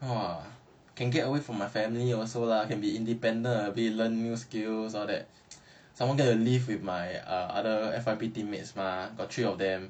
!wah! can get away from my family also lah can be independent a bit learn new skills all that someone get to live with my other F_Y_P teammates mah got three of them